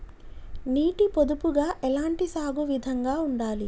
నీటి పొదుపుగా ఎలాంటి సాగు విధంగా ఉండాలి?